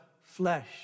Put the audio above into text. flesh